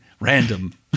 Random